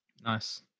Nice